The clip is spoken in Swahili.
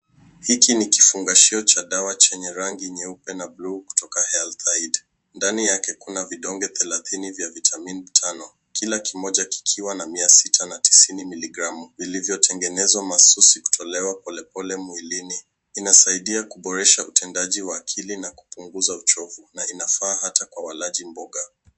Hiki ni kifungashio cha dawa chenye rangi nyeupe na buluu kutoka healthaid . Ndani yake kuna vidonge thelathini vya vitamini tano, kila kimoja kikiwa na 690 miligramu vilivyotengenezwa masusi kutolewa polepole mwilini. Inasaidia kuboresha utendaji wa akili na kupunguza uchovu, na inafaa hata kwa walaji mboga.